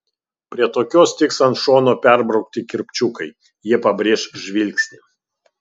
prie tokios tiks ant šono perbraukti kirpčiukai jie pabrėš žvilgsnį